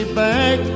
back